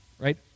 Right